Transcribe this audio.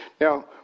Now